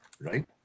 right